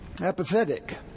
apathetic